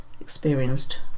experienced